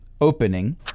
opening